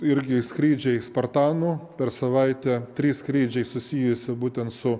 irgi skrydžiai spartanu per savaitę trys skrydžiai susijusi būtent su